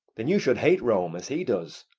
then you should hate rome, as he does.